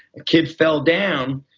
a kid fell down,